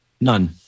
none